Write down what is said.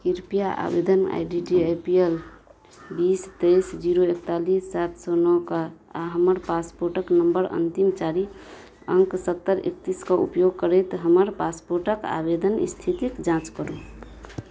कृपया आवेदन I D A P L बीस तेइस जीरो एकतालिस सात सओ नओ के आओर हमर पासपोर्टके नम्बर अन्तिम चारि अङ्क सत्तरि एकतिसके उपयोग करैत हमर पासपोर्टके आवेदन इस्थितिके जाँच करू